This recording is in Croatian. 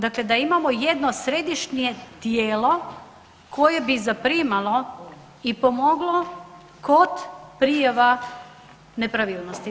Dakle, da imamo jedno središnje tijelo koje bi zaprimalo i pomoglo kod prijava nepravilnosti.